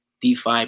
DeFi